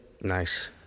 nice